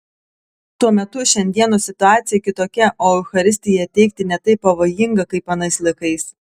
tuo metu šiandienos situacija kitokia o eucharistiją teikti ne taip pavojinga kaip anais laikais